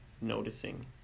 noticing